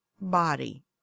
body